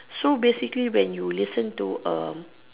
so basically when you listen to a